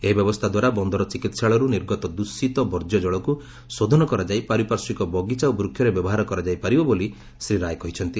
ଏହି ବ୍ୟବସ୍ଥା ଦ୍ୱାରା ବନ୍ଦର ଚିକିସ୍ଠାଳୟରୁ ନିର୍ଗତ ଦଷିତ ବର୍ଜ୍ୟ ଜଳକୁ ଶୋଧନ କରାଯାଇ ପାରିପାର୍ଶ୍ୱିକ ବଗିଚା ଓ ବୃକ୍ଷରେ ବ୍ୟବହାର କରାଯାଇ ପାରିବ ବୋଲି ଶ୍ରୀ ରାୟ କହିଛନ୍ତି